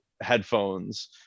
headphones